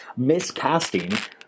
miscasting